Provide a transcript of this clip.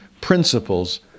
principles